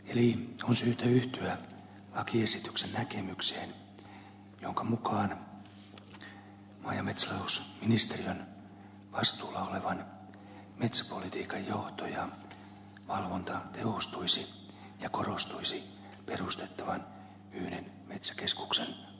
eli on syytä yhtyä lakiesityksen näkemykseen jonka mukaan maa ja metsätalousministeriön vastuulla olevan metsäpolitiikan johto ja valvonta tehostuisi ja korostuisi yhden perustettavan metsäkeskuksen avulla